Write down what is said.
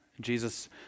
Jesus